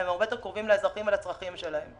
והם הרבה יותר קרובים לאזרחים ולצרכים שלכם.